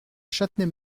châtenay